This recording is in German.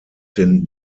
den